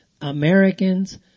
Americans